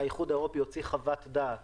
האיחוד האירופי הוציא חוות דעת